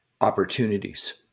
opportunities